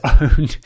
own